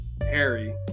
Harry